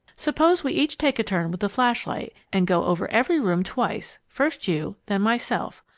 suppose we each take a turn with the flash-light and go over every room twice, first you, then myself.